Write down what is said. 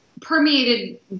permeated